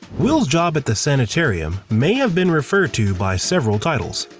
will's job at the sanitarium may have been referred to by several titles.